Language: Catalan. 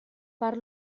per